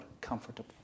comfortable